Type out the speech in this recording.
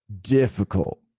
difficult